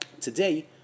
Today